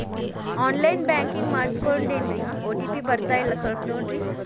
on line banking ಮಾಡಿಸ್ಕೊಂಡೇನ್ರಿ OTP ಬರ್ತಾಯಿಲ್ಲ ಸ್ವಲ್ಪ ನೋಡ್ರಿ